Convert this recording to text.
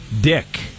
Dick